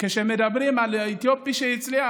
כשמדברים על אתיופי שהצליח,